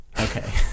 okay